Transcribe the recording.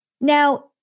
Now